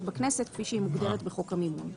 בכנסת כפי שהיא מוגדרת בחוק המימון.